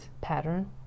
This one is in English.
pattern